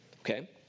Okay